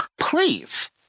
please